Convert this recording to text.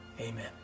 amen